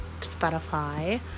spotify